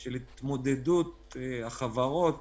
של התמודדות החברות